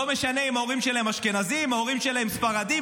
לא משנה אם ההורים שלהם אשכנזים או ההורים שלהם ספרדים,